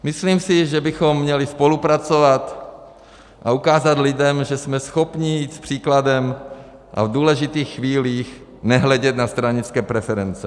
Myslím si, že bychom měli spolupracovat a ukázat lidem, že jsme schopni jít příkladem a v důležitých chvílích nehledět na stranické preference.